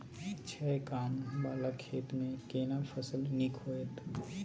छै ॉंव वाला खेत में केना फसल नीक होयत?